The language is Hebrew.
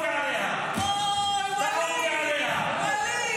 באמת, למה היא רוצה להגיד כל פעם?